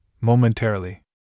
momentarily